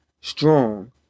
strong